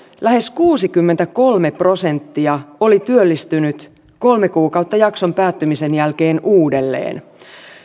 lähes kuusikymmentäkolme prosenttia oli työllistynyt kolme kuukautta jakson päättymisen jälkeen uudelleen